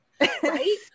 right